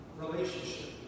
Relationship